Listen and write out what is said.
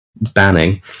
banning